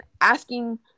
asking